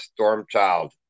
Stormchild